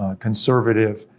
ah conservative,